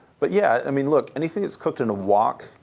but yeah, i mean, look, anything that's cooked in a wok,